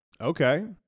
Okay